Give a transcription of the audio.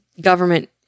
government